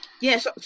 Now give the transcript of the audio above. Yes